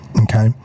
Okay